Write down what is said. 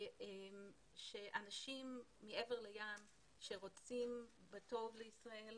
שאנשים מעבר לים שרוצים טוב לישראל,